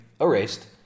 erased